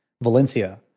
Valencia